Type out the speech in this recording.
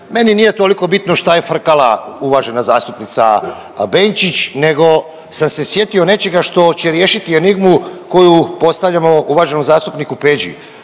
Meni nije toliko bitno šta je frkala uvažena zastupnica Benčić nego sam se sjetio nečega što će riješiti enigmu koju postavljamo uvaženom zastupniku Peđi,